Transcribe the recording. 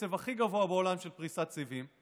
הקצב הכי גבוה בעולם של פריסת סיבים.